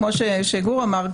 כמו שגור אמר,